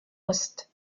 ost